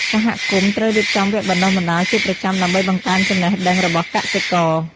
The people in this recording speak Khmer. សហគមន៍ត្រូវរៀបចំវគ្គបណ្ដុះបណ្ដាលជាប្រចាំដើម្បីបង្កើនចំណេះដឹងរបស់កសិករ។